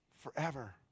Forever